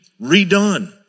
redone